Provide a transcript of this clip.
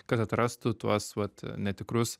kad atrastų tuos vat netikrus